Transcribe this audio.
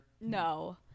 no